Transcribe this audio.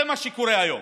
זה מה שקורה היום.